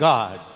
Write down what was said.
God